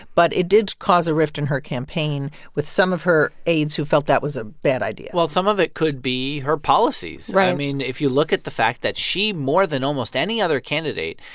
but it did cause a rift in her campaign with some of her aides, who felt that was a bad idea well, some of it could be her policies right i mean, if you look at the fact that she, more than almost any other candidate,